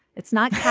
it's not hard.